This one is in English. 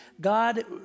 God